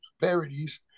parodies